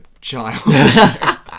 child